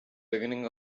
beginning